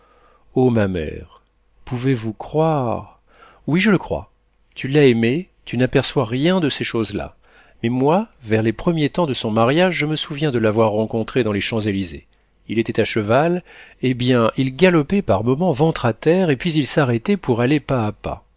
oh ma mère pouvez-vous croire oui je le crois tu l'as aimé tu n'aperçois rien de ces choses-là mais moi vers les premiers temps de son mariage je me souviens de l'avoir rencontré dans les champs-élysées il était à cheval eh bien il galopait par moment ventre à terre et puis il s'arrêtait pour aller pas à pas